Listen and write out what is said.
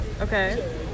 okay